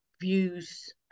views